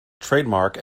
trademark